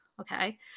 Okay